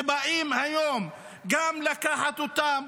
ובאים היום גם לקחת אותם,